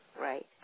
Right